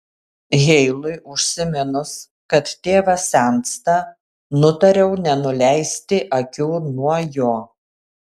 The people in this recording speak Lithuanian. heilui užsiminus kad tėvas sensta nutariau nenuleisti akių nuo jo